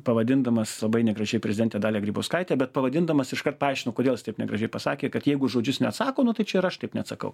pavadindamas labai negražiai prezidentę dalią grybauskaitę bet pavadindamas iškart paaiškino kodėl jis taip negražiai pasakė kad jeigu už žodžius neatsako nu tai čia ir aš taip neatsakau